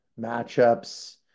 matchups